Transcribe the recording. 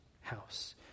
house